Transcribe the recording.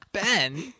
Ben